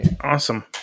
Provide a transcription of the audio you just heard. Awesome